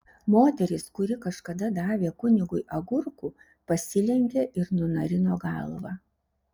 moteris kuri kažkada davė kunigui agurkų pasilenkė ir nunarino galvą